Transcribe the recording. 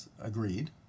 agreed